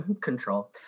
Control